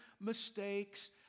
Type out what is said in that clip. mistakes